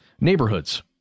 neighborhoods